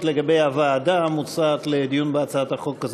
לגבי הוועדה המוצעת לדיון בהצעת החוק.